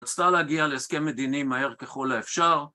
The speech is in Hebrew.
רצתה להגיע להסכם מדיני מהר ככל האפשר